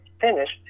finished